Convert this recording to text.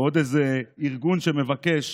עוד איזה ארגון שמבקש